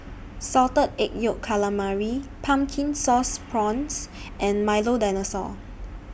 Salted Egg Yolk Calamari Pumpkin Sauce Prawns and Milo Dinosaur